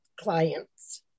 clients